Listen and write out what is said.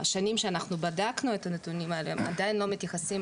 השנים שבדקנו את הנתונים האלה עדיין לא מתייחסות